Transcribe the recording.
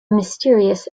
mysterious